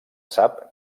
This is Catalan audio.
sap